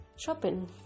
shopping